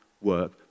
work